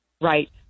Right